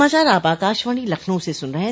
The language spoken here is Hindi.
यह समाचार आप आकाशवाणी लखनऊ से सुन रहे हैं